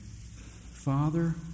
Father